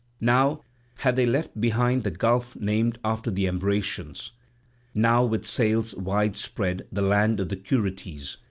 now had they left behind the gulf named after the ambracians, now with sails wide spread the land of the curetes,